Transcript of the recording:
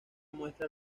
muestra